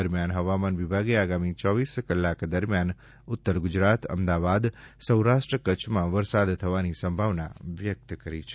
દરમ્યાન હવામાન વિભાગે આગામી ચોવીસ કલાકસ દરમ્યાન ઉત્તર ગુજરાત અમદાવાદ સૌરાષ્ટ્ર કચ્છમાં વરસાદ થવાની સંભાવના વ્યકત કરી છે